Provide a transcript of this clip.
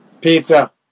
Pizza